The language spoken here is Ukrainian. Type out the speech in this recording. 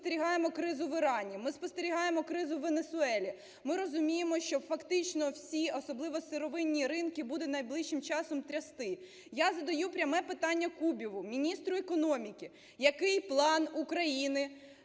Ми спостерігаємо кризу в Ірані. Ми спостерігаємо кризу у Венесуелі. Ми розуміємо, що фактично всі, особливо сировинні ринки, буде найближчим часом трясти. Я задаю пряме питання Кубіву, міністру економіки, який план України